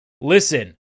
listen